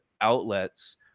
outlets